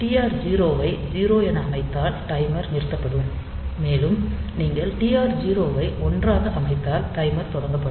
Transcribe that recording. TR 0 ஐ 0 என அமைத்தால் டைமர் நிறுத்தப்படும் மேலும் நீங்கள் TR0 ஐ 1 ஆக அமைத்தால் டைமர் தொடங்கப்படும்